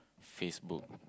Facebook